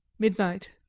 midnight.